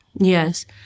Yes